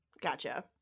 Gotcha